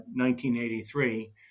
1983